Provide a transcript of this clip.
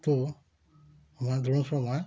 তো আমার ধরুন সময়